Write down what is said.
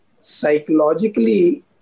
psychologically